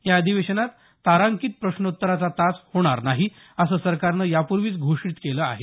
या अधिवेशनात तारांकित प्रश्नोत्तराचा तास होणार नाही असं सरकारनं यापूर्वीच घोषित केलं आहे